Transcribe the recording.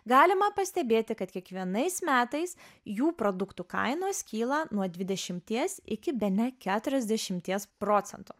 galima pastebėti kad kiekvienais metais jų produktų kainos kyla nuo dvidešimties iki bene keturiasdešimties procento